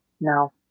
No